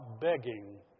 begging